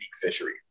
fishery